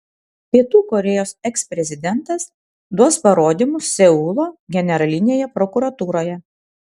pietų korėjos eksprezidentas duos parodymus seulo generalinėje prokuratūroje